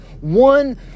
one